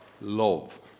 Love